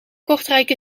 kortrijk